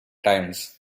times